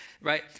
right